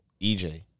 EJ